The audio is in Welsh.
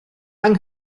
yng